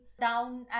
down